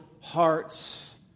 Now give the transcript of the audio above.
hearts